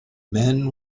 men